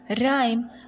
Rhyme